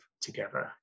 together